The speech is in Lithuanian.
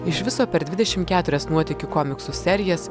iš viso per dvidešim keturias nuotykių komiksų serijas